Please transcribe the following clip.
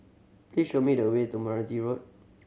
please show me the way to Meranti Road